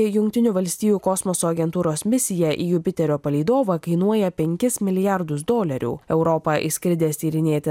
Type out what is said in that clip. jungtinių valstijų kosmoso agentūros misija į jupiterio palydovą kainuoja penkis milijardus dolerių europą išskridęs tyrinėti